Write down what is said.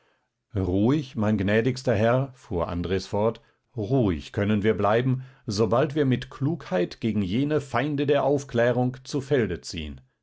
ruhig mein gnädigster herr fuhr andres fort ruhig können wir bleiben sobald wir mit klugheit gegen jene feinde der aufklärung zu felde ziehen